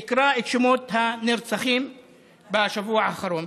אקרא את שמות הנרצחים בשבוע האחרון,